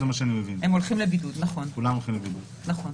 הם הולכים לבידוד, נכון,